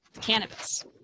cannabis